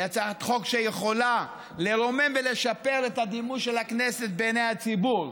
היא הצעת חוק שיכולה לרומם ולשפר את הדימוי של הכנסת בעיני הציבור.